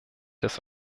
des